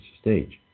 stage